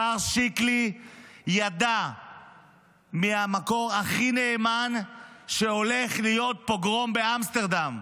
השר שיקלי ידע מהמקור הכי נאמן שהולך להיות פוגרום באמסטרדם.